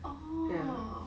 orh